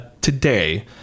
today